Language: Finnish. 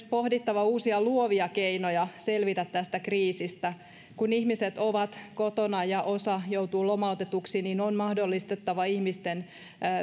pohdittava uusia luovia keinoja selvitä tästä kriisistä kun ihmiset ovat kotona ja osa joutuu lomautetuksi niin on mahdollistettava